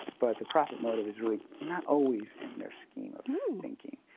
but the profit motive is really not always in their scheme of thinking.